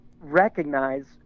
recognize